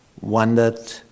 wandered